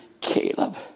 Caleb